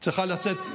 צריכה לצאת,